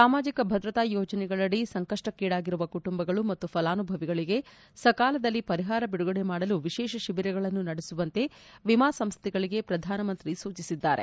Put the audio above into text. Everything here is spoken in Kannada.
ಸಾಮಾಜಿಕ ಭದ್ರತಾ ಯೋಜನೆಗಳಡಿ ಸಂಕಷ್ಷಕ್ಷೀಡಾಗಿರುವ ಕುಟುಂಬಗಳು ಮತ್ತು ಫಲಾನುಭವಿಗಳಿಗೆ ಸಕಾಲದಲ್ಲಿ ಪರಿಹಾರ ಬಿಡುಗಡೆ ಮಾಡಲು ವಿಶೇಷ ಶಿಬಿರಗಳನ್ನು ನಡೆಸುವಂತೆ ವಿಮಾ ಸಂಸ್ಲೆಗಳಿಗೆ ಪ್ರಧಾನಮಂತ್ರಿ ಸೂಚಿಸಿದ್ದಾರೆ